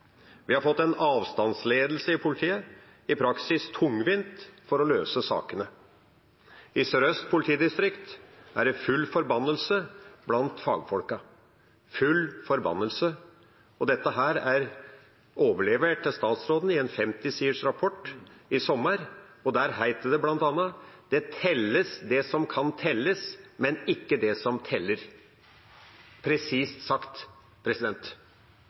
Vi har fått en avstandsledelse i politiet, i praksis tungvint for å løse sakene. I Sør-Øst politidistrikt er det full forbannelse blant fagfolkene – full forbannelse – og dette er overlevert til statsråden i en femti siders rapport i sommer. Der heter det bl.a. at det telles, det som kan telles, men ikke det som teller. Det er presist sagt.